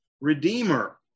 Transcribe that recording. redeemer